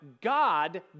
God